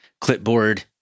clipboard